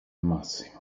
massimo